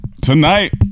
tonight